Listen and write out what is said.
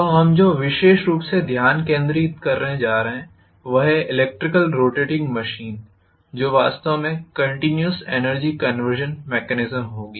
तो हम जो विशेष रूप से ध्यान केंद्रित करने जा रहे हैं वह है इलेक्ट्रिकल रोटेटिंग मशीन जो वास्तव में कंटिन्युवस एनर्जी कंवर्सन मैकेनिज्म होंगी